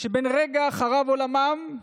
שבן רגע חרב עולמם.